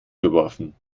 geworfen